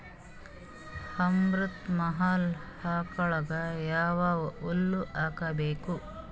ಅಮೃತ ಮಹಲ್ ಆಕಳಗ ಯಾವ ಹುಲ್ಲು ಹಾಕಬೇಕು?